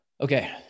Okay